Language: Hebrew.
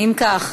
אם כך,